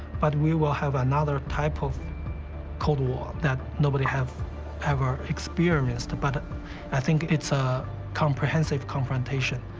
but we will have another type of cold war that nobody have ever experienced. but i think it's a comprehensive confrontation.